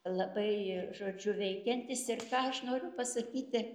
labai žodžiu veikiantys ir ką aš noriu pasakyti